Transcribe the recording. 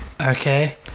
Okay